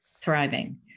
thriving